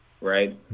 right